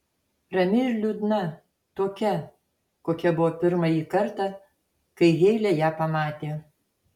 rami ir liūdna tokia kokia buvo pirmąjį kartą kai heile ją pamatė